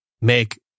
make